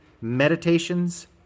meditations